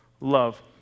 love